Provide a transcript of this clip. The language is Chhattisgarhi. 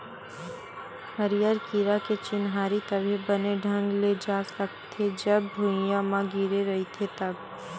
हरियर कीरा के चिन्हारी तभे बने ढंग ले जा सकथे, जब भूइयाँ म गिरे रइही तब